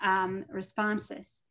responses